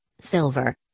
silver